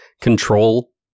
control